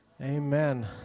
Amen